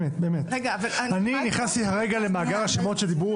אני נכנסתי עכשיו למאגר השמות שסיפרו